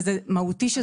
וזה מהותי.